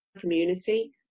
community